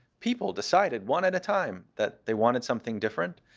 people decided, one at a time, that they wanted something different.